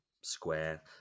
square